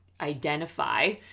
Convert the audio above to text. identify